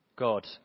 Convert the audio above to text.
God